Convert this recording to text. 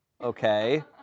okay